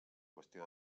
qüestió